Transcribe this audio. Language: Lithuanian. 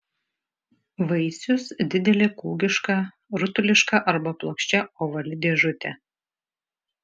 vaisius didelė kūgiška rutuliška arba plokščia ovali dėžutė